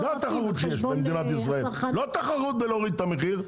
לא תחרות בלהוריד את המחיר,